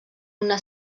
una